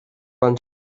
van